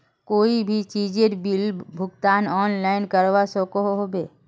कोई भी चीजेर बिल भुगतान ऑनलाइन करवा सकोहो ही?